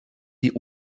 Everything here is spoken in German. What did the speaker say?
die